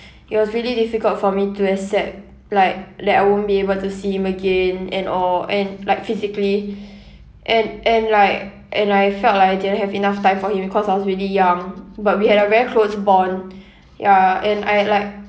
it was really difficult for me to accept like that I won't be able to see him again and all and like physically and and like and I felt like I didn't have enough time for him because I was really young but we had a very close bond ya and I like